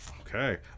okay